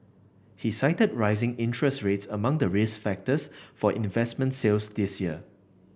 he cited rising interest rates among the risk factors for investment sales this year